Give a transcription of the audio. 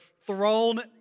thrown